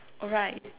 oh right